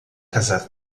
casar